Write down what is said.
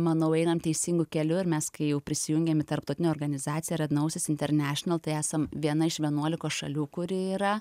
manau einam teisingu keliu ir mes kai jau prisijungėm tarptautinę organizaciją red noses international tai esam viena iš vienuolikos šalių kuri yra